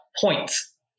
Points